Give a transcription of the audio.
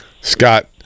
scott